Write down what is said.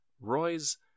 roy's